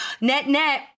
Net-net